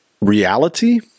Reality